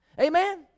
Amen